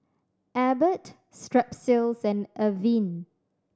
Abbott Strepsils and Avene